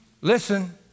listen